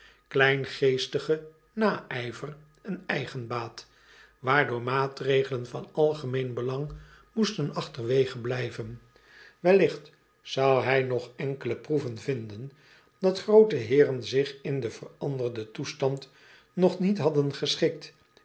kleingeestigen naijver en eigenbaat waardoor maatregelen van algemeen belang moesten achterwege blijven welligt zou hij nog enkele proeven vinden dat groote eeren zich in den veranderden toestand nog niet hadden geschikt